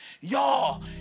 y'all